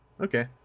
Okay